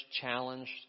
challenged